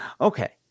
Okay